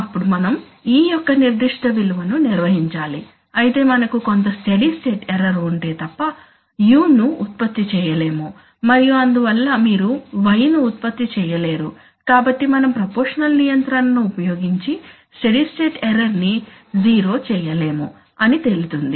అప్పుడు మనం e యొక్క నిర్దిష్ట విలువను నిర్వహించాలి అయితే మనకు కొంత స్టెడీ స్టేట్ ఎర్రర్ ఉంటే తప్ప U ను ఉత్పత్తి చేయలేము మరియు అందువల్ల మీరు y ను ఉత్పత్తి చేయలేరు కాబట్టి మనం ప్రపోర్షనల్ నియంత్రణను ఉపయోగించి స్టెడీ స్టేట్ ఎర్రర్ ని 0 చేయలేము అని తేలుతుంది